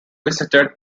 visited